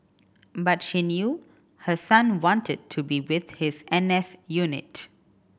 but she knew her son wanted to be with his N S unit